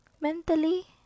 mentally